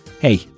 Hey